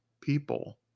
people